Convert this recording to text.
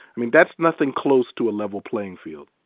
i mean that's nothing close to a level playing field.